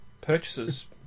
purchases